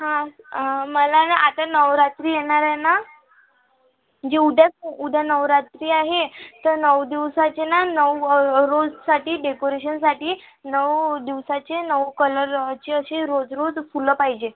हां मला ना आता नवरात्री येणार आहे ना जी उद्याच उद्या नवरातत्री आहे तर नऊ दिवसाचे ना नऊ रोजसाठी डेकोरेशनसाठी नऊ दिवसाचे नऊ कलरचे अशी रोज रोज फुलं पाहिजे